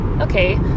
okay